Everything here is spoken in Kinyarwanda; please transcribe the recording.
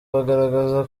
bagaragaza